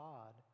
God